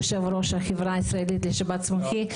יושב-ראש החברה הישראלית לשבץ מוחי,